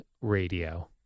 radio